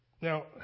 Now